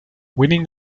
winning